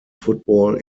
football